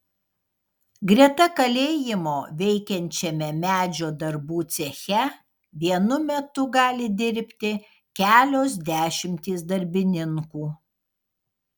greta kalėjimo veikiančiame medžio darbų ceche vienu metu gali dirbti kelios dešimtys darbininkų